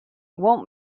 want